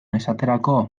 esaterako